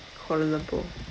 kuala lumpur